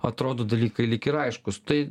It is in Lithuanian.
atrodo dalykai lyg ir aiškūs tai